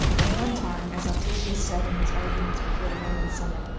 at one time, as octavius said in his arguments before the roman senate,